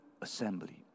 assembly